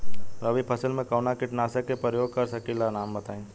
रबी फसल में कवनो कीटनाशक के परयोग कर सकी ला नाम बताईं?